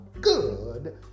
good